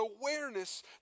awareness